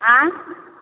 आँ